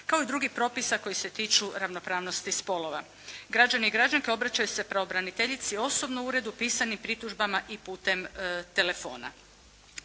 kao i drugih propisa koji se tiču ravnopravnosti spolova. Građani i građanke obraćaju se pravobraniteljici osobno u uredu, pisanim pritužbama i putem telefona.